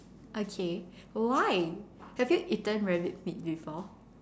okay why have you eaten rabbit meat before